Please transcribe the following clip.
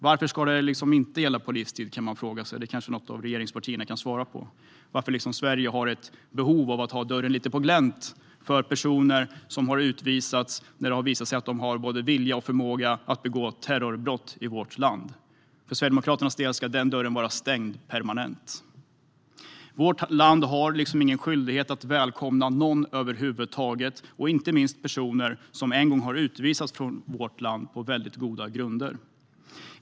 Varför skulle de inte gälla på livstid, kan man fråga sig. Det kanske något av regeringspartierna kan ge svar på. Varför skulle Sverige ha ett behov av att ha dörren lite på glänt för personer som har utvisats för att de har bedömts ha vilja och förmåga att begå terrorbrott i vårt land? För Sverigedemokraternas del vill vi att den dörren ska vara stängd permanent. Vårt land har ingen skyldighet att välkomna någon över huvud taget, allra minst personer som en gång utvisats från vårt land på väldigt goda grunder.